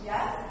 Yes